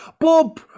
Bob